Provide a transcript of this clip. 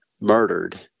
murdered